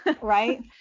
Right